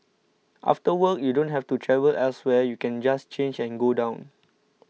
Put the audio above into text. after work you don't have to travel elsewhere you can just change and go down